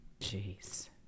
Jeez